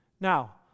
Now